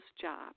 job